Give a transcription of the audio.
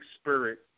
spirit